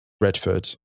Redford